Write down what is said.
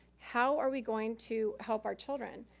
how are we going to help our children?